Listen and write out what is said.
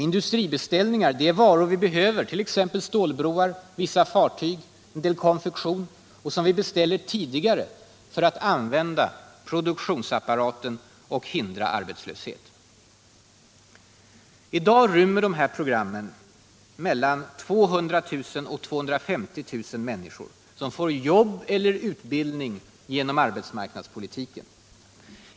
Industribeställningar — det är varor vi behöver, t.ex. stålbroar, vissa fartyg och en del konfektion, och som vi beställer tidigare för att använda produktionsapparaten och hindra arbetslöshet. I dag rymmer de här programmen mellan 200 000 och 250 000 människor, som får jobb eller utbildning genom arbetsmarknadspolitiken.